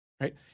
right